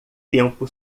tempo